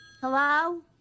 Hello